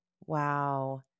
Wow